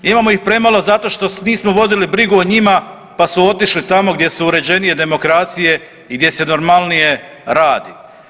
Imamo ih premalo zato što nismo vodili brigu o njima, pa su otišli tamo gdje su uređenije demokracije i gdje se normalnije radi.